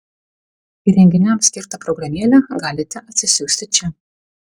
įrenginiams skirtą programėlę galite atsisiųsti čia